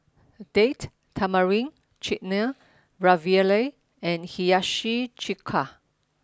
Date Tamarind Chutney Ravioli and Hiyashi Chuka